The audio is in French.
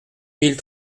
mille